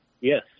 Yes